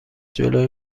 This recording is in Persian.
جلوی